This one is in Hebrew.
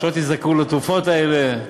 שלא תזדקקו לתרופות האלה.